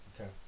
okay